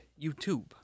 YouTube